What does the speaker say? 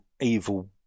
evil